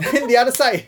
then the other side